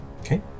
Okay